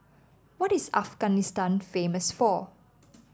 what is Afghanistan famous for